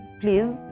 please